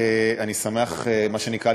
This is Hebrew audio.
מה שנקרא,